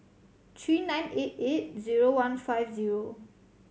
three nine eight eight zero one five zero